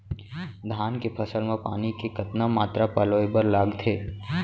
धान के फसल म पानी के कतना मात्रा पलोय बर लागथे?